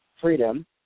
Freedom